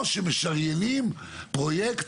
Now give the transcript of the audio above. או שמשריינים פרויקט,